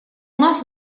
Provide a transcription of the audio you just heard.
нас